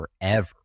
forever